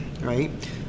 right